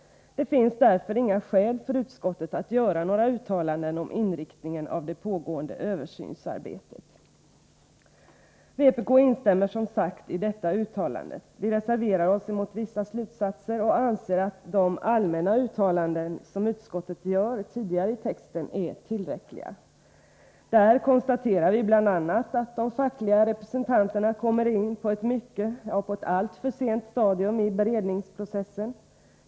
Det finns därför inga skäl för utskottet att göra några uttalanden om inriktningen av det pågående översynsarbetet.” Vpk instämmer som sagt i detta uttalande. Vi reserverar oss dock mot vissa slutsatser, och vi anser att de allmänna uttalanden som utskottet gör tidigare i texten är tillräckliga. Där konstaterar vi bl.a. att de fackliga representanterna kommer in på ett mycket sent — ja, på ett alltför sent — stadium i beredningsprocessen.